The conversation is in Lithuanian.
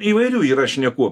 įvairių yra šnekų